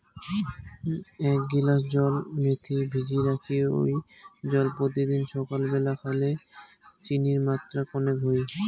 এ্যাক গিলাস জল মেথি ভিজি রাখি ওই জল পত্যিদিন সাকাল ব্যালা খাইলে চিনির মাত্রা কণেক হই